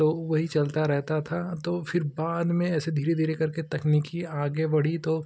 तो वही चलता रहता था तो फिर बाद में ऐसे धीरे धीरे करके तकनीकी आगे बढ़ी तो